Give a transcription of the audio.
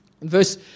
Verse